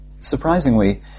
Surprisingly